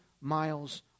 miles